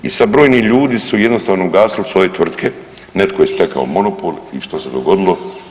I sad brojni ljudi su jednostavno ugasili svoje tvrtke, netko je stekao monopol i što se dogodilo?